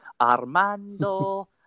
Armando